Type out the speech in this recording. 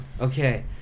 okay